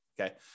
okay